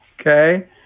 okay